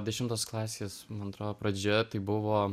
dešimtos klasės man atrodo pradžioje tai buvo